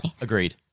Agreed